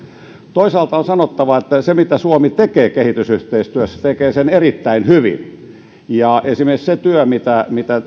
toisaalta on sanottava että sen mitä suomi tekee kehitysyhteistyössä se tekee erittäin hyvin esimerkiksi se työ mitä mitä